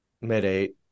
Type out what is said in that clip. mid-eight